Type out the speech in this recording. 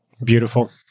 Beautiful